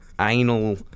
anal